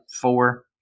four